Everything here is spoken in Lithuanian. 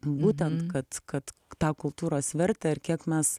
būtent kad kad tą kultūros vertę ir kiek mes